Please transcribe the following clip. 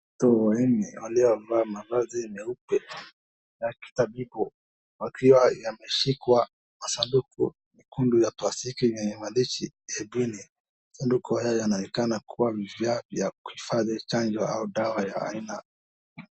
Watu wanne walio vaa mavazi meupe ya kitabibu wakiwa yameshikwa masaduku mekundu ya plastiki yenye maandishi zipline. Masaduku haya yanaonekana kuwa vifaa vya kuhifadhi chanjo au dawa ya aina.